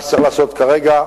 מה שצריך לעשות כרגע,